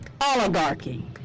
oligarchy